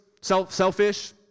selfish